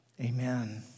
amen